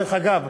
דרך אגב,